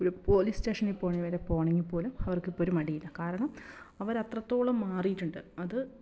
ഒരു പോലീസ്റ്റേഷനിൽ പോണെ വരെ പോണെങ്കി പോലും അവർക്കിപ്പോൾ ഒരു മടിയില്ല കാരണം അവരത്രത്തോളം മാറിയിട്ടുണ്ട് അത്